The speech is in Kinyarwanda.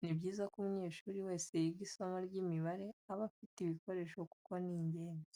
Ni byiza ko umunyeshuri wese wiga isomo ry'imibare aba afite ibi bikoresho kuko ni ingenzi.